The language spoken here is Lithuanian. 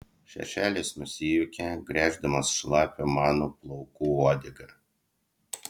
šešėlis nusijuokė gręždamas šlapią mano plaukų uodegą